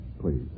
please